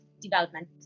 development